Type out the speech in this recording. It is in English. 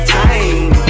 time